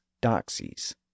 doxies